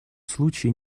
случае